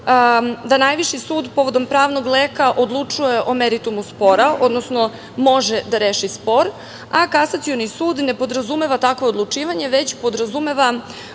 da najviši sud povodom pravnog leka odlučuje o meritumu spora, odnosno može da reši spor, a Kasacioni sud ne podrazumeva takvo odlučivanje, već podrazumeva